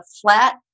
flat